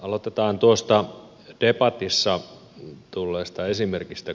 aloitetaan tuosta debatissa tulleesta esimerkistä